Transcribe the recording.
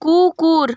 কুকুর